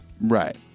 Right